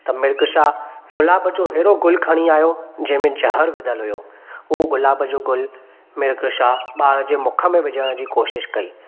त मिर्ग शाह गुलाब जो अहिड़ो गुलु खणी आहियो जंहिंमें ज़हर विधियलु हुओ उहो गुलाब जो गुलु मिर्ग शाह ॿार जे मुख में विझण जी कोशिश कई